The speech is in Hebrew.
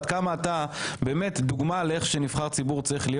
עד כמה אתה מהווה דוגמה לאיך שנבחר ציבור צריך להיות